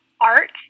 art